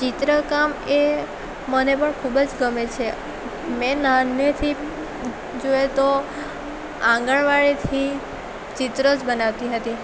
ચિત્રકામ એ મને પણ ખૂબ જ ગમે છે મેં નાનેથી જોઈએ તો આંગણવાડીથી ચિત્ર જ બનાવતી હતી